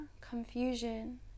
confusion